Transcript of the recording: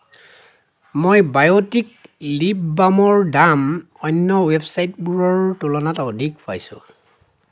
মই Biotique lip বামৰ দাম অন্য ৱেবচাইটবোৰৰ তুলনাত অধিক পাইছোঁ